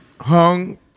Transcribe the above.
hung